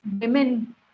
women